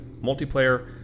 Multiplayer